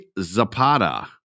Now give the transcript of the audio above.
Zapata